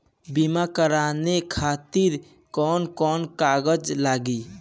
बीमा कराने खातिर कौन कौन कागज लागी?